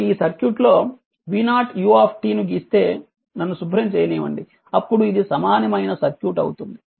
కాబట్టి ఈ సర్క్యూట్ లో v0 u ను గీస్తే నన్ను శుభ్రం చేయనివ్వండి అప్పుడు ఇది సమానమైన సర్క్యూట్ అవుతుంది